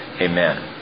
Amen